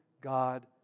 God